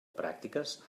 pràctiques